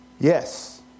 Yes